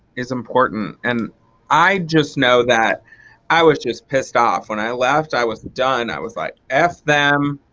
is important. and i just know that i was just pissed off when i left i was done. i was like f them,